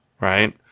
right